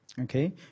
Okay